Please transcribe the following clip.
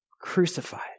crucified